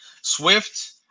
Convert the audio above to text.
Swift